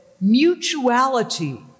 mutuality